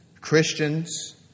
Christians